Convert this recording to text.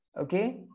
okay